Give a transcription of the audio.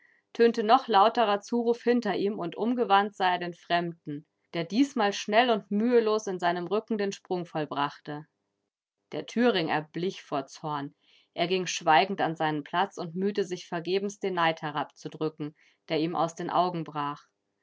tönte noch lauterer zuruf hinter ihm und umgewandt sah er den fremden der diesmal schnell und mühelos in seinem rücken den sprung vollbrachte der thüring erblich vor zorn er ging schweigend an seinen platz und mühte sich vergebens den neid herabzudrücken der ihm aus den augen brach